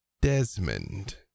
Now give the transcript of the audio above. Desmond